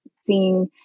seeing